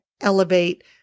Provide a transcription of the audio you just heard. elevate